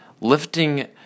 lifting